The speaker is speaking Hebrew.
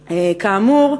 כאמור,